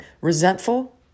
resentful